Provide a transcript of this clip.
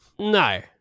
No